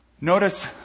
Notice